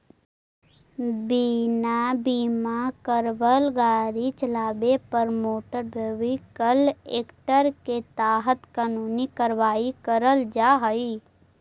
बिना बीमा करावाल गाड़ी चलावे पर मोटर व्हीकल एक्ट के तहत कानूनी कार्रवाई करल जा हई